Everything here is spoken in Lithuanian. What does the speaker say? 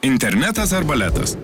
internetas ar baletas